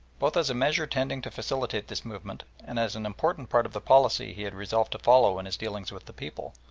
both as a measure tending to facilitate this movement and as an important part of the policy he had resolved to follow in his dealings with the people,